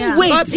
wait